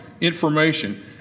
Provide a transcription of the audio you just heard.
information